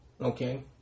Okay